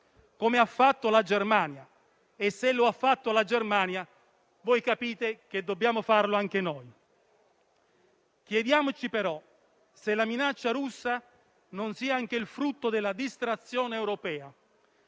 come ha fatto la Germania - e, se lo ha fatto la Germania, capite che dobbiamo farlo anche noi. Chiediamoci però se la minaccia russa non sia anche frutto della distrazione europea,